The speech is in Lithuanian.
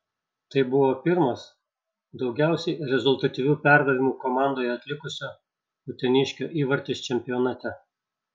tai buvo pirmas daugiausiai rezultatyvių perdavimų komandoje atlikusio uteniškio įvartis čempionate